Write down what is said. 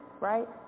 right